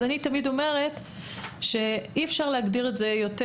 אז אני תמיד אומרת שאי אפשר להגדיר את זה יותר